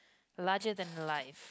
larger than the lights